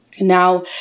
Now